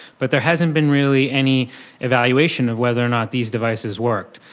but there hasn't been really any evaluation of whether or not these devices worked.